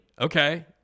Okay